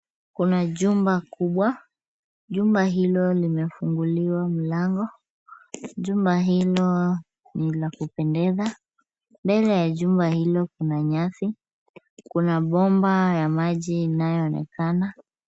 Kuna jumba kubwa. Jumba hilo limefunguliwa mlango. Jumba hilo ni la kupendeza. Mbele ya jumba hilo kuna nyasi, kuna bomba ya maji inayoonekana.